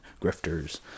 grifters